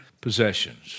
possessions